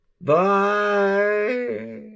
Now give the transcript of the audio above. Bye